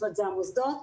זה המוסדות.